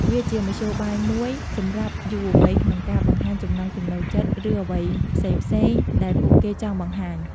វាជាមធ្យោបាយមួយសម្រាប់យុវវ័យក្នុងការបង្ហាញចំណង់ចំណូលចិត្ត ឬអ្វីផ្សេងៗដែលពួកគេចង់បង្ហាញ។